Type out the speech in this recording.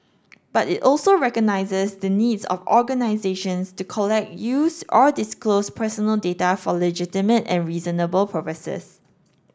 but it also recognises the needs of organisations to collect use or disclose personal data for legitimate and reasonable purposes